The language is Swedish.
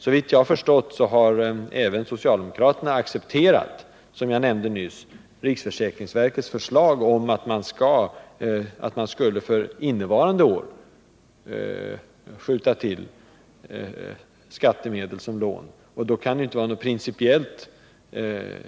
Såvitt jag har förstått har även socialdemokraterna, som jag nämnde nyss, accepterat riksförsäkringsverkets förslag att staten för innevarande år skulle skjuta till skattemedel som lån. Då kan det inte vara något principiellt